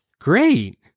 great